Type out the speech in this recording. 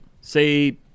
Say